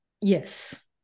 yes